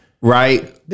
Right